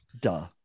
Duh